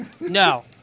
No